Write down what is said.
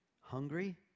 hungry